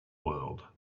world